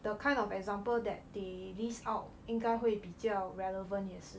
the kind of example that they list out 应该会比较 relevant 也是